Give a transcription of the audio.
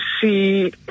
see